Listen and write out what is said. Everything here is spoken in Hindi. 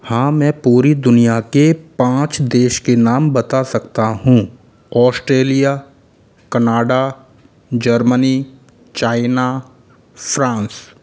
हाँ मैं पूरी दुनिया के पाँच देश के नाम बता सकता हूँ Australia Canada Germany China France